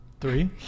Three